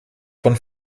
von